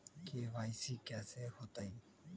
KYC कैसे होतई?